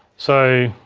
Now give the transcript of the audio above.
so,